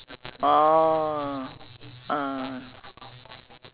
maybe ther~ more stalls for you to try ah